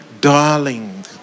Darling